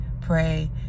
pray